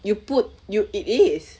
you put you it is